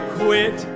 quit